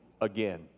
again